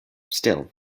still